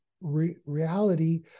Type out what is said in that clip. reality